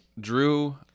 Drew